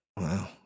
wow